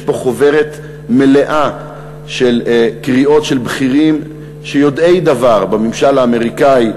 יש פה חוברת מלאה של קריאות של בכירים ושל יודעי דבר בממשל האמריקני,